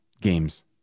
games